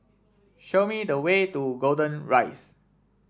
show me the way to Golden Rise